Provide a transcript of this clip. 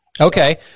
Okay